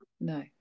No